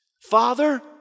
Father